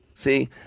See